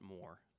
more